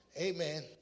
Amen